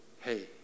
hey